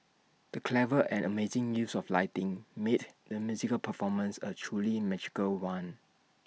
the clever and amazing use of lighting made the musical performance A truly magical one